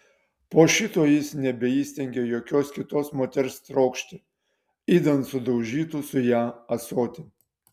po šito jis nebeįstengė jokios kitos moters trokšti idant sudaužytų su ja ąsotį